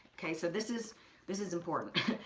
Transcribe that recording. okay, so this is this is important.